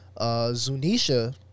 Zunisha